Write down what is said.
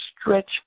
stretch